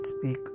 speak